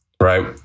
Right